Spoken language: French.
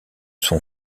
son